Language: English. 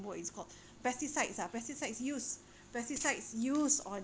what it's called pesticides ah pesticides used pesticides used on